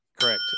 Correct